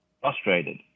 frustrated